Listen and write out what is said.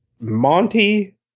Monty